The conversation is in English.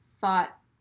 thought